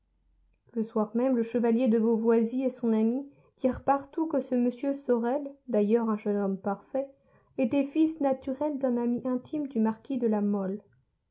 le soir même le chevalier de beauvoisis et son ami dirent partout que ce m sorel d'ailleurs un jeune homme parfait était fils naturel d'un ami intime du marquis de la mole